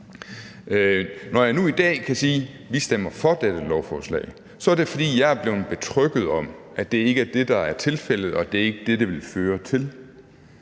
Når jeg nu i dag kan sige, at vi stemmer for dette lovforslag, så er det, fordi jeg er blevet betrygget om, at det ikke er det, der er tilfældet, og at det ikke er det, det vil føre til.